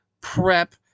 prep